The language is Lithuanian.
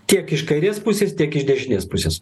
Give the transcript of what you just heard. tiek iš kairės pusės tiek iš dešinės pusės